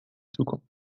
zukunft